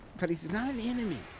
but he's he's not an enemy.